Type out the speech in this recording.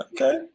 Okay